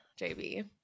JB